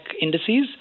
indices